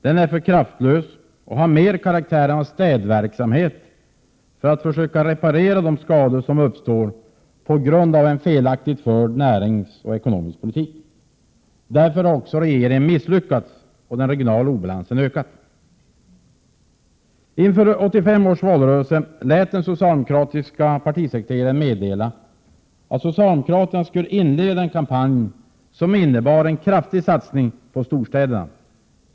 Den är för kraftlös och har mer karaktären av ”städverksamhet”, därför att man försöker reparera de skador som uppstår på grund av en felaktigt förd näringspolitik och ekonomisk politik. Av den anledningen har regeringen misslyckats och den regionala obalansen ökat. Inför 1985 års valrörelse lät den socialdemokratiske partisekreteraren meddela att socialdemokraterna skulle inleda en kampanj som innebar en kraftig satsning på storstäderna.